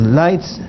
lights